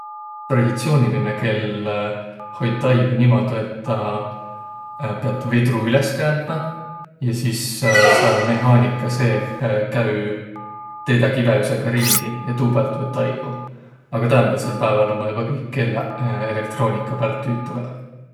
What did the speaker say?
Traditsioonilinõ kell hoit aigo niimuudu, et piät vedru üles käändmä. Ja sis sääl mehhaaniga seeh käü teedäq kibõhusõga ringi ja tuu päält võtt aigo. Aga täämbädsel pääväl ummaq joba kõik kelläq elektroonilisõq.